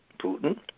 Putin